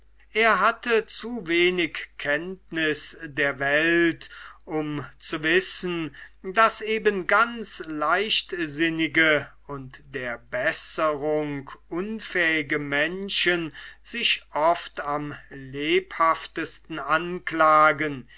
er hatte zu wenig kenntnis der welt um zu wissen daß eben ganz leichtsinnige und der besserung unfähige menschen sich oft am lebhaftesten anklagen